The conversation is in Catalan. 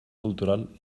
cultural